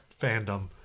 fandom